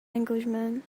englishman